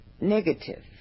negative